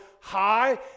high